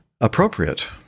appropriate